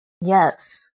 yes